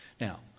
Now